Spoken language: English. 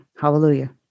Hallelujah